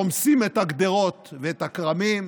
רומסים את הגדרות ואת הכרמים,